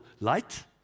light